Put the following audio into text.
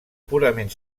purament